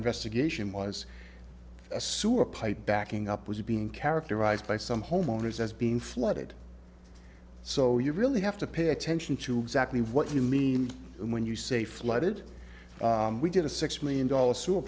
investigation was a sewer pipe backing up was being characterized by some homeowners as being flooded so you really have to pay attention to exactly what you mean when you say flooded we did a six million dollar